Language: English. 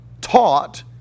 taught